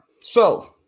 So-